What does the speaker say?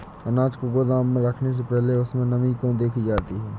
अनाज को गोदाम में रखने से पहले उसमें नमी को क्यो देखी जाती है?